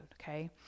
okay